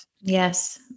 Yes